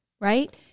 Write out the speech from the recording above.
right